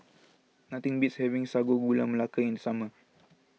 nothing beats having Sago Gula Melaka in the summer